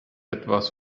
etwas